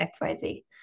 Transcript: XYZ